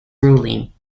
ruling